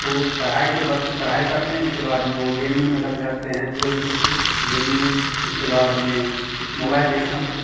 वो पढ़ाई के वक्त में पढ़ाई करते हैं इसको बाद वे गेमिंग में लग जाते हैं जो गेमिंग इसके बाद में मोबइल देखना